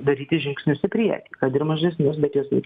daryti žingsnius į priekį kad ir mažesnius bet juos reikia